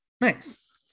Nice